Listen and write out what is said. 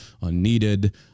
unneeded